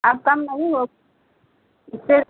अब कम नहीं हो इससे